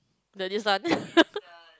the this one